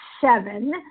seven